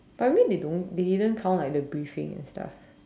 but I mean they don't they didn't count like the briefing and stuff